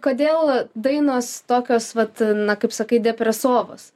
kodėl dainos tokios vat na kaip sakai depresovos